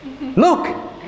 look